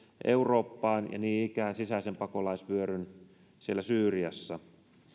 eurooppaan ja niin ikään sisäisen pakolaisvyöryn siellä syyriassa